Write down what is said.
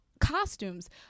costumes